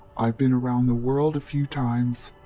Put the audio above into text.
i've been around the world a few times.